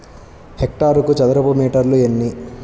హెక్టారుకు చదరపు మీటర్లు ఎన్ని?